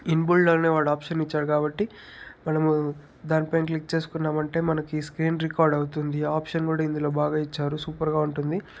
ఇన్బుల్డ్లోనే వాడు ఆప్షన్ ఇచ్చాడు కాబట్టి మనము దానిపైన క్లిక్ చేసుకున్నామంటే మనకి స్క్రీన్ రికార్డ్ అవుతుంది ఆప్షన్ కూడా ఇందులో బాగా ఇచ్చారు సూపర్గా ఉంటుంది